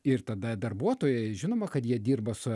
ir tada darbuotojai žinoma kad jie dirba su